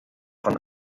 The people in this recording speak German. von